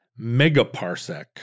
megaparsec